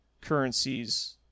currencies